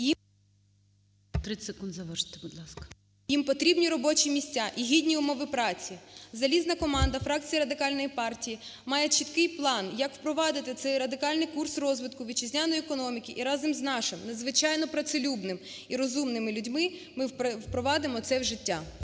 Їм потрібні робочі місця і гідні умови праці. Залізна команда фракції Радикальної партії має чіткий план, як впровадити цей радикальний курс розвитку вітчизняної економіки, і разом з нашим надзвичайно працелюбними розумними людьми ми впровадимо це в життя.